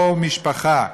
או משפחה,